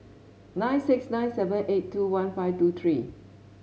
nine six nine seven eight two one five two three